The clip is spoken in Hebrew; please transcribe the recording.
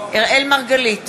אראל מרגלית,